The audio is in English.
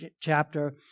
chapter